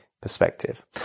perspective